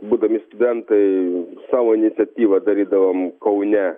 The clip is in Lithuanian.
būdami studentai savo iniciatyva darydavom kaune